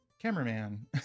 Cameraman